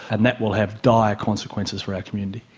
and that will have dire consequences for our community.